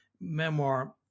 memoir